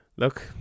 Look